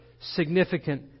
significant